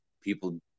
people